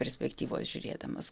perspektyvos žiūrėdamas